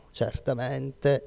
certamente